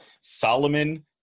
Solomon